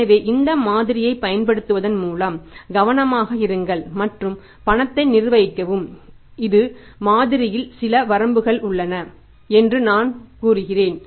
எனவே இந்த மாதிரியைப் பயன்படுத்துவதன் மூலம் கவனமாக இருங்கள் மற்றும் உங்கள் பணத்தை நிர்வகிக்கவும் இது மாதிரியில் சில வரம்புகள் உள்ளன என்று நாம் கூறுகிறோம்